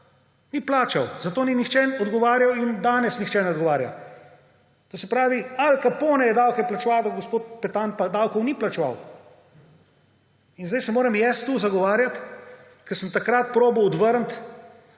Ni plačal, za to ni nihče odgovarjal in danes nihče ne odgovarja. To se pravi, Al Capone je davke plačeval, ampak gospod Petan pa davkov ni plačeval. In sedaj se moram jaz tu zagovarjati, ko sem takrat probal odvrniti